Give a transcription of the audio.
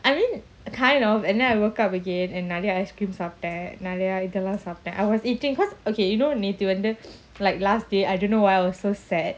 I mean kind of and then I woke up again and நெறய:neraya ice cream சாப்பிட்டேன்:sapten I was eating cause okay you know நேத்துவந்து:nethu vandhu like last day I don't know why I was so sad